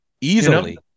Easily